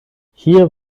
hier